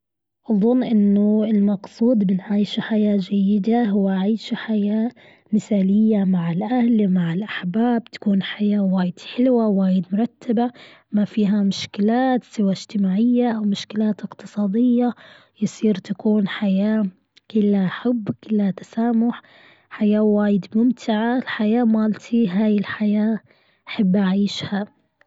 أظن أنه المقصود بنعيشه حياة جيدة هو عيش حياة مثالية مع الأهل مع الأحباب تكون حياة وايد حلوة وايد مرتبة ما فيها مشكلات سوى أجتماعية أو مشكلات أقتصادية يصير تكون حياة كلها حب كلها تسامح حياة وايد ممتعة الحياة مالتي هاي الحياة. أحب أعيشها.